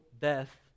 death